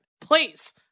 please